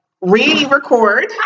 re-record